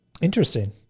Interesting